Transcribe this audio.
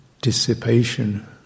dissipation